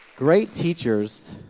great teachers